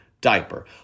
diaper